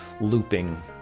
looping